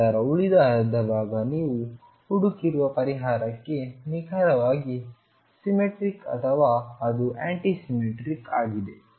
ನಂತರ ಉಳಿದ ಅರ್ಧಭಾಗ ನೀವು ಹುಡುಕಿರುವ ಪರಿಹಾರಕ್ಕೆ ನಿಖರವಾಗಿ ಸಿಮ್ಮೆಟ್ರಿಕ್ ಅಥವಾ ಅದು ಆ್ಯಂಟಿಸಿಮ್ಮೆಟ್ರಿಕ್ ಆಗಿದೆ